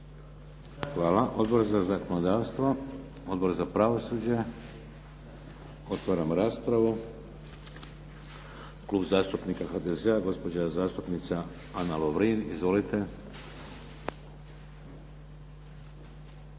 Hvala. Odbor za zakonodavstvo? Odbor za pravosuđe? Otvaram raspravu. Klub zastupnika HDZ-a gospođa zastupnica Ana Lovrin. Izvolite.